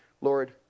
Lord